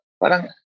parang